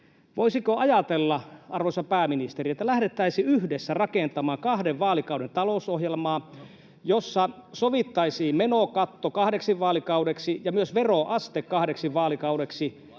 Voisiko ajatella, arvoisa pääministeri, että lähdettäisiin yhdessä rakentamaan kahden vaalikauden talousohjelmaa, jossa sovittaisiin menokatto kahdeksi vaalikaudeksi ja myös veroaste kahdeksi vaalikaudeksi,